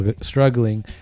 struggling